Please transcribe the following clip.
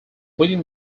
within